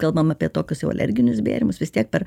kalbam apie tokius jau alerginius bėrimus vis tiek per